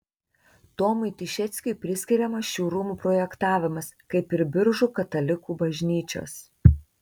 tomui tišeckiui priskiriamas šių rūmų projektavimas kaip ir biržų katalikų bažnyčios